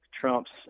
trumps